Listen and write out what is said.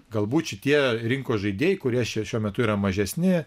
galbūt šitie rinkos žaidėjai kurie šiuo metu yra mažesni